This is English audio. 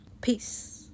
peace